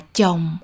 chồng